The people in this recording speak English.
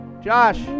Josh